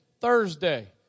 Thursday